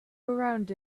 around